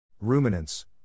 Ruminants